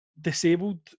disabled